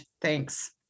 thanks